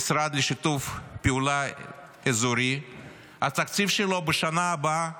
המשרד לשיתוף פעולה אזורי, התקציב שלו בשנה הבאה